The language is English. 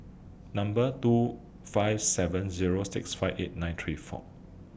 Number two five seven Zero six five eight nine three four